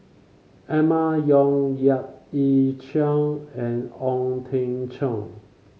Emma Yong Yap Ee Chian and Ong Teng Cheong